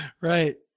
Right